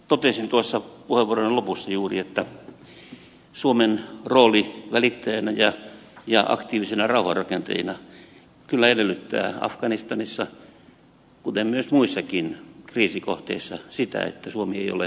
totesin tuossa puheenvuoroni lopussa juuri että suomen rooli välittäjänä ja aktiivisena rauhanrakentajana kyllä edellyttää afganistanissa kuten muissakin kriisikohteissa sitä että suomi ei ole osapuolena sodassa